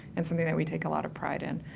and something that we take a lot of pride in.